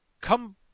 come